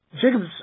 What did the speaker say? Jacobs